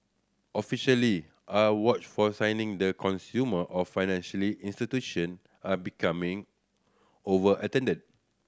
officially are watch for signing the consumer or financially institution are becoming overextended